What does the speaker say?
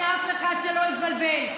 שאף אחד לא יתבלבל,